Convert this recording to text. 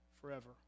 forever